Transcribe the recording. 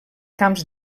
camps